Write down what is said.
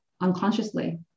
unconsciously